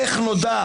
איך נודע?